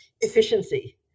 efficiency